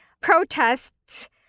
protests